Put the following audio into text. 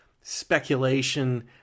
speculation